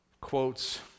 quotes